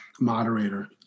moderator